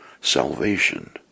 Salvation